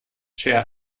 share